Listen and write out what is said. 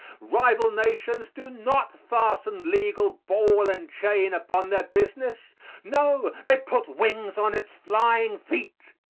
rival nations do not fasten legal ball and chain upon their business no, they put wings on its flying feet.